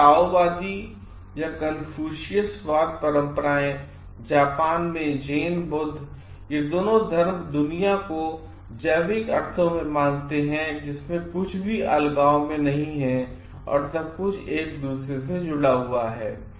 चीन में ताओवादी और कन्फ्यूशीवाद परंपराएं जापान में ज़ेन बौद्ध यह दोनों धर्म पूरी दुनिया को अपने जैविक अर्थों में मानते हैं जिसमें कुछ भी अलगाव में नहीं है और सब कुछ एक दूसरे से जुड़ा हुआ है